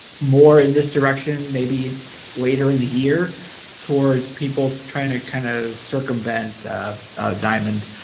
more in this direction maybe later in the year towards people trying to kind of circumvent dimond